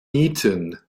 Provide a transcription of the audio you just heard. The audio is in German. nieten